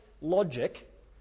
logic